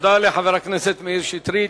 תודה לחבר הכנסת מאיר שטרית.